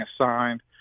assigned